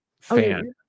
fan